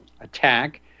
attack